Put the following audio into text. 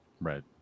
Right